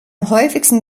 häufigsten